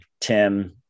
Tim